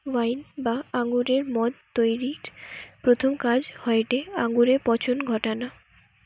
wine বা আঙুরের মদ তৈরির প্রথম কাজ হয়টে আঙুরে পচন ঘটানা